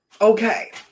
Okay